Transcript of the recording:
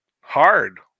hard